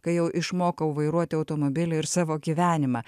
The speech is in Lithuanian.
kai jau išmokau vairuoti automobilį ir savo gyvenimą